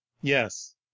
Yes